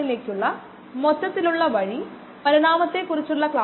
രേഖീയമല്ലാത്ത മറ്റ് നശീകരണ സ്വഭാവങ്ങളുണ്ട്